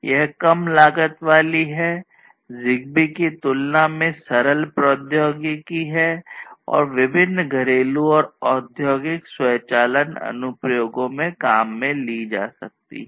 यह कम लागत वाली है ZigBee की तुलना में सरल प्रौद्योगिकी है और विभिन्न घरेलू और औद्योगिक स्वचालन अनुप्रयोगों में काम में ली जा सकती है